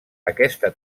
aquesta